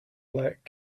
black